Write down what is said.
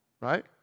Right